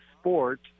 Sport